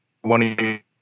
one